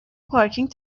پارکینگ